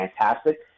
fantastic